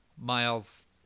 Miles